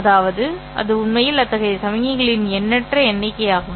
அதாவது இது உண்மையில் அத்தகைய சமிக்ஞைகளின் எண்ணற்ற எண்ணிக்கையாகும்